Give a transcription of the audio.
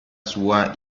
sua